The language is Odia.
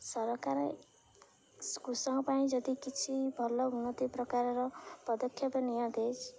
ସରକାର କୃଷକ ପାଇଁ ଯଦି କିଛି ଭଲ ଉନ୍ନତି ପ୍ରକାରର ପଦକ୍ଷେପ ନିଅନ୍ତୁ